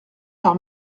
par